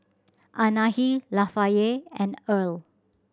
Anahi Lafayette and Erle